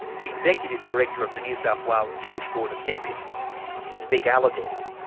the executive director of the new south wales jewish board of deputies is vic alhadeff.